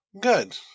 good